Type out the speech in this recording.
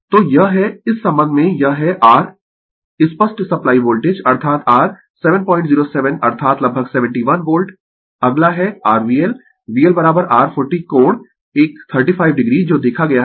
तो यह है इस संबंध में यह है r स्पष्ट सप्लाई वोल्टेज अर्थात r 707 अर्थात लगभग 71 वोल्ट अगला है r VL VL r 40 कोण एक 35 o जो देखा गया है